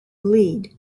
lead